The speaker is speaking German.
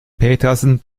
petersen